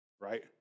right